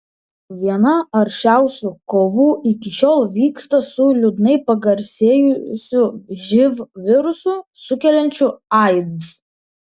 viena aršiausių kovų iki šiol vyksta su liūdnai pagarsėjusiu živ virusu sukeliančiu aids